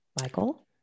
Michael